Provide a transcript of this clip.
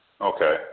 Okay